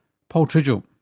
paul tridgell.